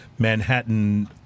Manhattan